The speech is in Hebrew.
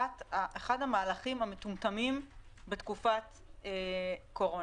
אחד המהלכים המטומטמים בתקופת קורונה.